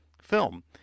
film